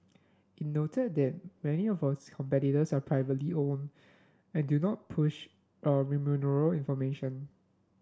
it noted that many of its competitors are privately owned and do not push a information